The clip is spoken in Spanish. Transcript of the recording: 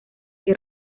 que